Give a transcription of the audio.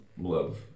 love